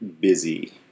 busy